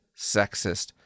sexist